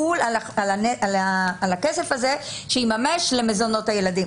עיקול על הכסף הזה שישמש למזונות הילדים.